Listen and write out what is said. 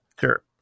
Sure